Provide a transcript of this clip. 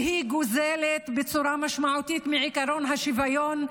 והיא פוגעת בצורה משמעותית בעקרון השוויון,